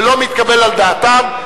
ולא מתקבל על דעתם,